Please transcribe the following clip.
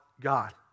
God